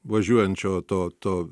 važiuojančio to to